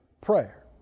prayer